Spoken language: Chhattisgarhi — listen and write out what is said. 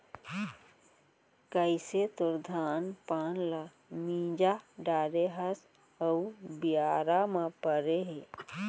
कइसे तोर धान पान ल मिंजा डारे हस अउ बियारा म परे हे